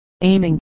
aiming